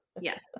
Yes